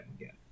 again